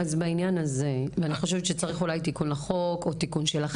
אז בעניין הזה אני חושבת שצריך תיקון לחוק או תיקון,